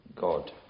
God